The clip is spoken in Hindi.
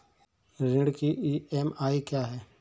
ऋण की ई.एम.आई क्या है?